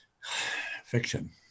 fiction